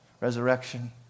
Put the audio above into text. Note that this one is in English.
resurrection